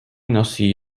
nosí